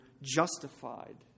justified